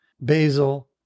basil